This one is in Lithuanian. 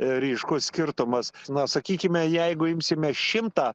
ryškus skirtumas na sakykime jeigu imsime šimtą